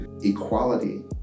Equality